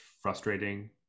frustrating